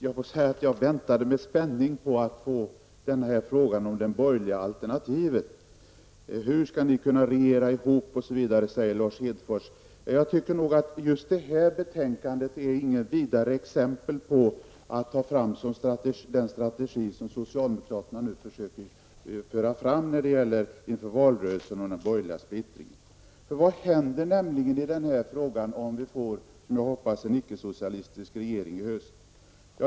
Herr talman! Jag väntade med spänning på att få frågan om det borgerliga alternativet. Lars Hedfors frågade hur vi skall kunna regera ihop osv. Det är inte särskilt lyckat av Lars Hedfors att i samband med debatten i detta ärende ta fram den strategi som socialdemokraterna försöker föra fram inför valrörelsen om den borgerliga splittringen. Vad händer nämligen i den här frågan om vi, som jag hoppas, får en icke-socialistisk regering i höst?